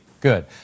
Good